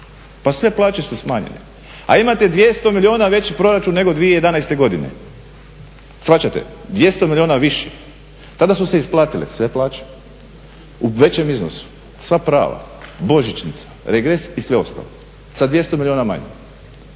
Pa sve plaće su smanjene. A imate 200 milijuna veći proračun nego 2011. godine. Shvaćate 200 milijuna više? Tada su se isplatile sve plaće u većem iznosu, sva prava, božićnica, regres i sve ostalo sa 200 milijuna manje.